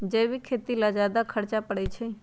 जैविक खेती ला ज्यादा खर्च पड़छई?